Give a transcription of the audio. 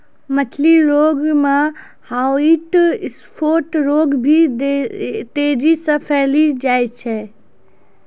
मछली रोग मे ह्वाइट स्फोट रोग भी तेजी से फैली जाय छै